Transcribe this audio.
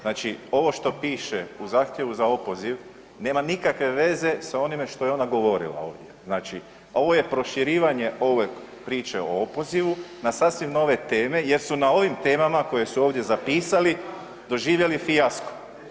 Znači ovo što pište u zahtjevu za opoziv nema nikakve veze sa onime što je ona govorila ovdje, znači ovo je proširivanje ove priče o opozivu na sasvim nove teme jer su na ovim temama koje su ovdje zapisali doživjeli fijasko.